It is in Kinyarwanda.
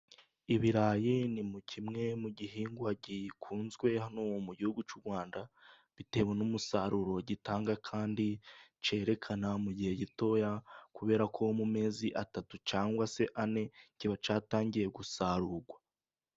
Ibirayi ni kimwe mu gihingwa gikunzwe hano mu gihugu cy'u Rwanda, bitewe n'umusaruro gitanga kandi cyerekana mu gihe gitoya, kubera ko mu mezi atatu cyangwa se ane kiba cyatangiye gusarurwa.